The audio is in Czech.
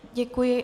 Děkuji.